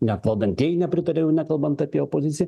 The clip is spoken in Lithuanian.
net valdantieji nepritarė jau nekalbant apie opoziciją